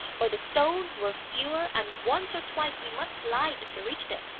for the stones were fewer and once or twice we must slide to reach them,